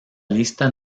lista